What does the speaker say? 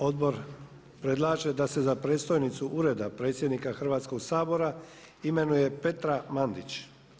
Odbor predlaže da se za predstojnicu Ureda predsjednika Hrvatskog sabora imenuje Petra Mandić.